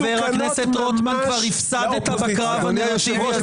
חבר הכנסת רוטמן כבר הפסדת בקרב הנרטיבי הזה.